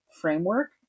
framework